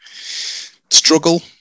struggle